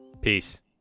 Peace